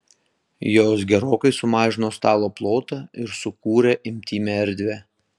jos gerokai sumažino stalo plotą ir sukūrė intymią erdvę